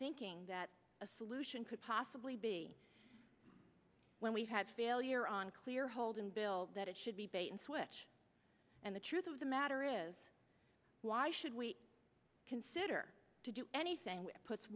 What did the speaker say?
thinking that a solution could possibly be when we've had failure on clear hold and build that it should be bait and switch and the truth of the matter is why should we consider to do anything puts